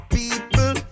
people